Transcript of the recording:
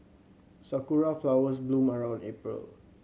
sakura flowers bloom around April